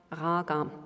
raga